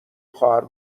خواهر